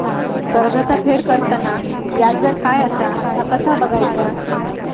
कर्जाचा फेड करताना याजदर काय असा ता कसा बगायचा?